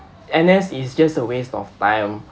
N_S is just a waste of time